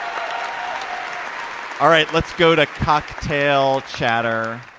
um all right let's go to cocktail chatter